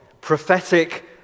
prophetic